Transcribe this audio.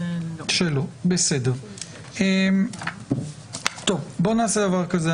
בואו נעשה דבר כזה.